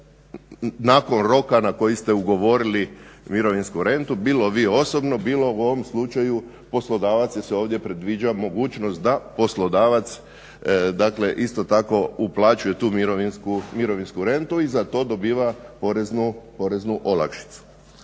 nakon roka koji ste ugovorili mirovinsku rentu bilo vi osobno, bilo u ovom slučaju poslodavac. Jer se ovdje predviđa mogućnost da poslodavac, dakle isto tako uplaćuje tu mirovinsku rentu i za to dobiva poreznu olakšicu.